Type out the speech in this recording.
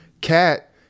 cat